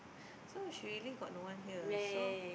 so she really got no one here so